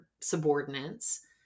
subordinates